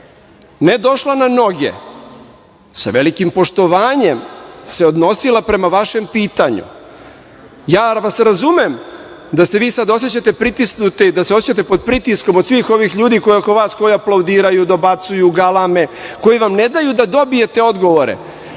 ne došla na noge, sa velikim poštovanjem, se odnosila prema vašem pitanju. Ja vas razumem da se vi sada osećate pritisnuti i da se osećate pod pritiskom od svih ovih ljudi koji oko vas aplaudiraju, dobacuju, galame, koji vam ne daju da dobijete odgovore.